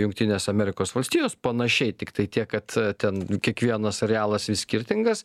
jungtinės amerikos valstijos panašiai tiktai tiek kad ten kiekvienas arealas skirtingas